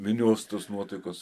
minios tos nuotaikos